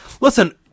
Listen